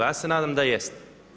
Ja se nadam da jeste.